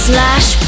Slash